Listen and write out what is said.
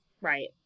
Right